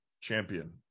champion